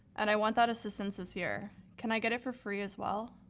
and i want that assistance this year. can i get it for free as well?